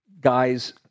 guys